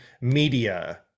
media